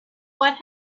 what